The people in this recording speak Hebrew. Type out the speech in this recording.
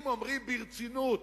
אם אומרים ברצינות